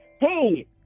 Hey